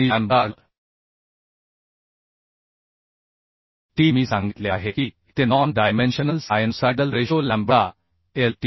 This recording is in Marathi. आणि लॅम्बडा l t मी सांगितले आहे की ते non dimensional sinusoidal ratio lambda lt